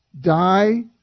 die